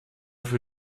für